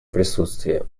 присутствие